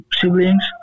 siblings